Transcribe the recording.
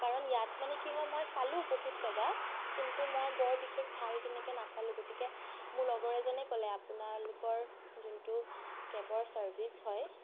কাৰণ ইয়াত মানে কি হয় মই চালো বহুত জেগা কিন্তু মই বৰ বিশেষ ভাল তেনেকৈ নাপালোঁ গতিকে মোৰ লগৰ এজনে ক'লে আপোনালোকৰ যোনটো কেবৰ চাৰ্ভিছ হয়